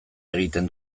egiten